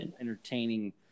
entertaining